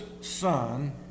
son